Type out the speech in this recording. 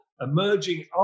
emerging